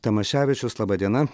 tamaševičius laba diena